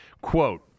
Quote